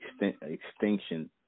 extinction